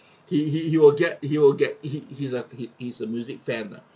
he he he will get he will get he's a he he's a music fan lah